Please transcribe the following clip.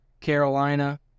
Carolina